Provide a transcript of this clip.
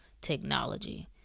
technology